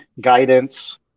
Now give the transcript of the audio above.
guidance